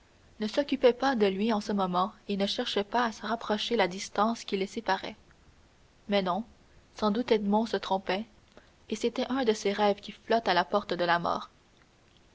ne s'occupait pas de lui en ce moment et ne cherchait pas à rapprocher la distance qui les séparait mais non sans doute edmond se trompait et c'était un de ces rêves qui flottent à la porte de la mort